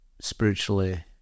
spiritually